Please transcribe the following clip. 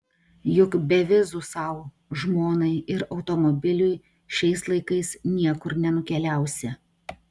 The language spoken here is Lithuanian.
juk be vizų sau žmonai ir automobiliui šiais laikais niekur nenukeliausi